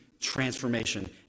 transformation